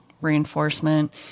reinforcement